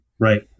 Right